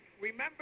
remember